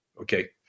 Okay